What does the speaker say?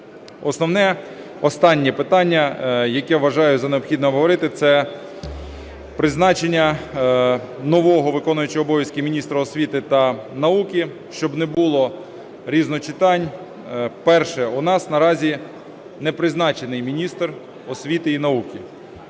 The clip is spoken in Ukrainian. Основне останнє питання, яке вважаю за необхідне обговорити, це призначення нового виконуючого обов'язки міністра освіти та науки, щоб не було різночитань. Перше. У нас наразі не призначений міністр освіти і науки.